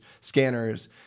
scanners